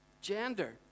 Gender